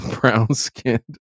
brown-skinned